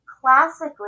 classically